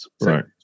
right